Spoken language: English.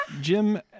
Jim